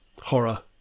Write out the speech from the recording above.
horror